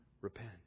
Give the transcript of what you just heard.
repent